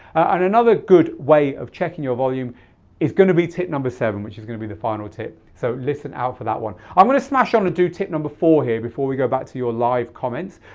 and another good way of checking your volume is going to be tip number seven which is going to be the final tip. so listen out for that one. i'm going to smash on and do tip number four here before we go back to your live comments.